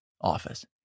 office